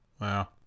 Wow